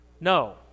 No